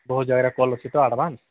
ବହୁତ ଜାଗାରେ କଲ୍ ଅଛି ତ ଆଡ଼ଭାନ୍ସ